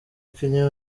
kanye